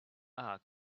are